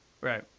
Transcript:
Right